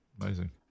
Amazing